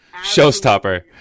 Showstopper